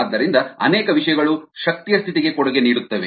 ಆದ್ದರಿಂದ ಅನೇಕ ವಿಷಯಗಳು ಶಕ್ತಿಯ ಸ್ಥಿತಿಗೆ ಕೊಡುಗೆ ನೀಡುತ್ತವೆ